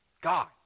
God